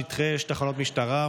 הכשרות המשפטית והאפוטרופסות,